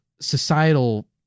societal